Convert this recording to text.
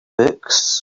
books